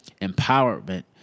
empowerment